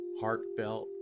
heartfelt